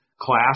class